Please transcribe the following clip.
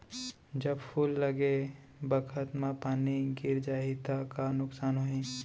जब फूल लगे बखत म पानी गिर जाही त का नुकसान होगी?